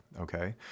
okay